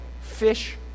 fish